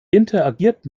interagiert